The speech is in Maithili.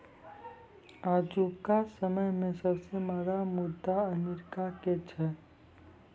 आजुका समय मे सबसे महंगा मुद्रा अमेरिका के छै